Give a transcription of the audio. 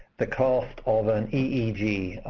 the cost of an eeg,